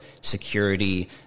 security